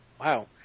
Wow